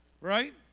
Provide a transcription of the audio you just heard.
Right